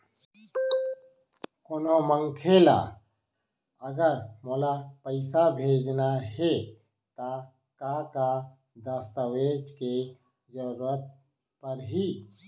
कोनो मनखे ला अगर मोला पइसा भेजना हे ता का का दस्तावेज के जरूरत परही??